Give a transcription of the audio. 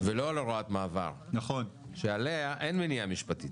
ולא הוראת מעבר, שעליה אין מניעה משפטית.